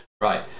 right